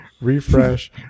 Refresh